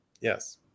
Yes